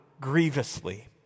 grievously